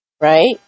Right